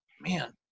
man